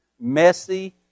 messy